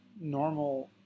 normal